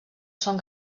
són